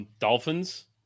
Dolphins